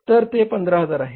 तर ते 15000 आहे